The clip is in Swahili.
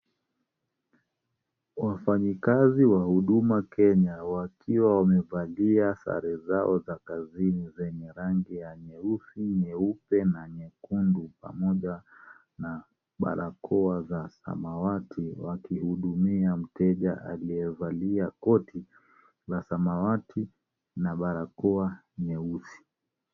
Wafanyikazi wa Huduma Kenya wakiwa wamevalia sare zao za kazini zenye rangi ya nyeusi, nyeupe na nyekundu pamoja na barakoa za samawati wakihudumia mteja aliyevalia koti la samawati na barakoa nyeusi.